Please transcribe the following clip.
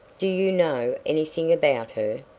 do you know anything about her?